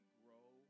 grow